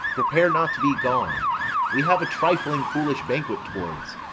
prepare not to be gone we have a trifling foolish banquet towards.